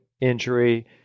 injury